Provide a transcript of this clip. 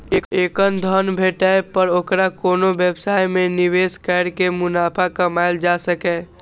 एखन धन भेटै पर ओकरा कोनो व्यवसाय मे निवेश कैर के मुनाफा कमाएल जा सकैए